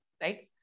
right